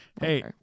Hey